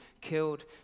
killed